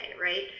right